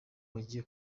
bagiye